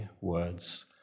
words